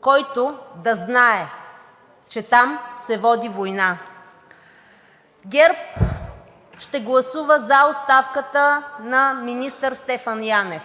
който да знае, че там се води война. ГЕРБ ще гласува за оставката на министър Стефан Янев,